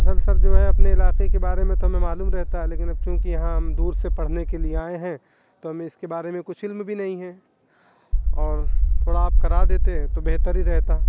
اصل سر جو ہے اپنے علاقے کے بارے میں ہمیں معلوم رہتا ہے لیکن اب چونکہ یہاں ہم دور سے پڑھنے کے لیے آئے ہیں تو ہمیں اس کے بارے میں کچھ علم بھی نہیں ہے اور تھوڑا آپ کرا دیتے تو بہتر ہی رہتا